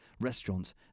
restaurants